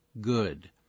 good